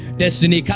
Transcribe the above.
destiny